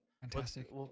Fantastic